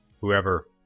whoever